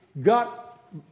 got